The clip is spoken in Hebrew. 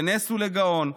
לנס ולגאון,